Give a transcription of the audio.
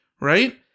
Right